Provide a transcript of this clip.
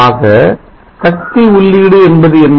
ஆக சக்தி உள்ளீடு என்பது என்ன